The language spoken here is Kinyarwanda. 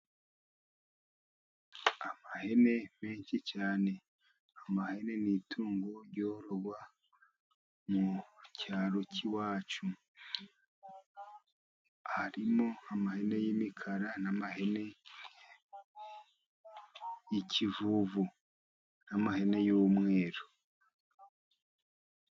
Amahene menshi cyane, amahene ni itungo ryororwa mu cyaro cy'iwacu harimo: amahene y'imikara, n'amahene y' kivuvu, n'amahene y'umweru.